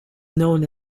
known